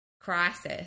crisis